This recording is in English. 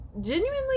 genuinely